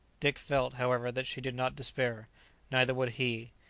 dick felt, however, that she did not despair neither would he.